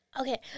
Okay